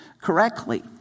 correctly